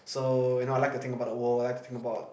so you know I like to think about the world I like to think about